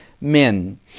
men